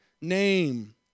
name